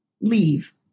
leave